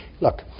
look